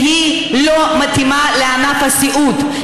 והיא לא מתאימה לענף הסיעוד,